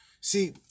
See